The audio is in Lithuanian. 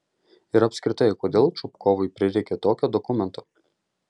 ir apskritai kodėl čupkovui prireikė tokio dokumento